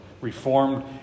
reformed